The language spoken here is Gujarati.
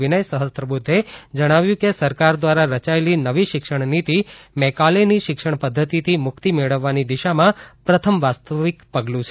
વિનય સહસ્ત્રબુદ્ધે જણાવ્યું કે સરકાર દ્વારા રચાયેલી નવી શિક્ષણનીતિ મૈકાલેની શિક્ષણ પદ્ધતિથી મુક્તિ મેળવવાની દિશામાં પ્રથમ વાસ્તવિક પગલું છે